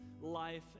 life